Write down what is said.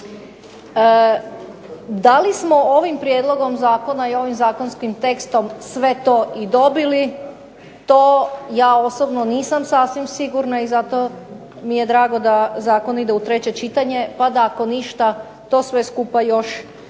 Da li smo ovim prijedlogom zakona i ovim zakonskim tekstom sve to i dobili, to ja osobno nisam sasvim sigurna i zato mi je drago da zakon ide u treće čitanje, pa da ako ništa to sve skupa još jedanputa